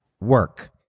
work